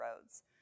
roads